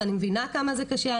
ואני מבינה כמה זה קשה,